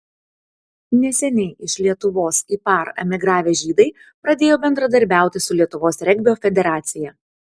neseniai iš lietuvos į par emigravę žydai pradėjo bendradarbiauti su lietuvos regbio federacija